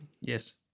Yes